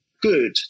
good